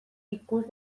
ikus